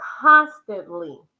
constantly